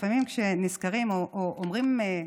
לפעמים כשנזכרים או אומרים,